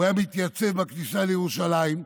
הוא היה מתייצב בכניסה לירושלים,